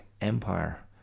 Empire